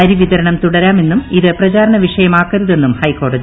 അരിവിതരണം തുട്രാമെന്നും ഇത് പ്രചാരണ വിഷയം ആക്കരുതെന്നും ഹൈക്കോടതി